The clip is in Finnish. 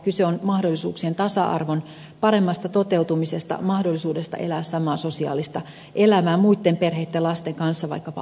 kyse on mahdollisuuksien tasa arvon paremmasta toteutumisesta mahdollisuudesta elää samaa sosiaalista elämää muitten perheitten lasten kanssa vaikkapa harrastusten kautta